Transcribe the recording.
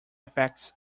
effects